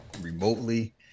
remotely